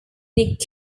nick